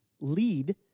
lead